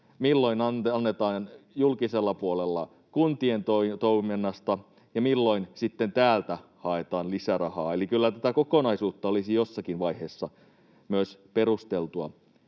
milloin rahaa annetaan julkisella puolella kuntien toiminnasta ja milloin sitten täältä haetaan lisärahaa. Kyllä tätä kokonaisuutta olisi jossakin vaiheessa myös perusteltua